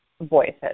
voices